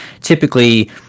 typically